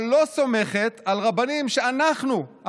אבל לא סומכת על רבנים שאנחנו,